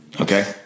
Okay